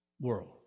world